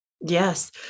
Yes